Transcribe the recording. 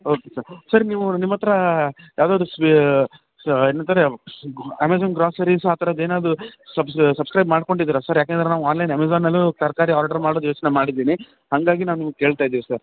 ಹೌದಾ sir sir ನೀವು ನಿಮ್ಮ ಹತ್ತಿರ ಯಾವುದಾದ್ರು ಏನಂತಾರೆ ಅಮೆಜಾನ್ ಗ್ರೋಸರೀಸು ಆ ಥರದ್ದು ಏನಾದರು ಸಬ್ಸ್ಕ್ರೈಬ್ ಮಾಡ್ಕೊಂಡಿದ್ದೀರ ಸರ್ ಏಕಂದ್ರೆ ನಾವು ಆನ್ಲೈನ್ ಅಮೆಜಾನಲ್ಲೂ ತರಕಾರಿ ಆರ್ಡ್ರು ಮಾಡೋದು ಯೋಚನೆ ಮಾಡಿದ್ದೀನಿ ಹಾಗಾಗಿ ನಾನು ನಿಮ್ಗೆ ಕೇಳ್ತಾ ಇದೀವಿ ಸರ್